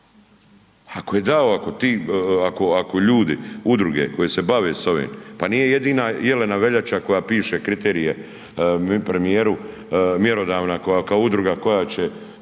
Ako je dao, ako ljudi, udruge se bave s ovim, pa nije jedina Jelena Veljača koja piše kriterije premijeru mjerodavna koja kao udruga koja će,